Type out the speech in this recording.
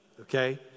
okay